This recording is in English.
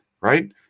right